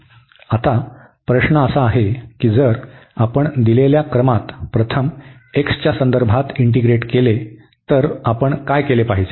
आता प्रश्न असा आहे की जर आपण दिलेल्या क्रमात प्रथम x च्या संदर्भात इंटीग्रेट केले तर आपण काय केले पाहिजे